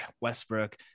Westbrook